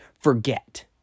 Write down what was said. forget